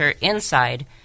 inside